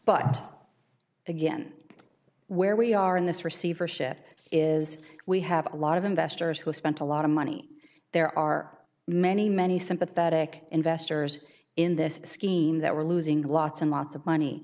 but again where we are in this receivership is we have a lot of investors who spent a lot of money there are many many sympathetic investors in this scheme that were losing lots and lots of money